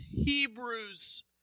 Hebrews